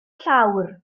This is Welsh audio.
llawr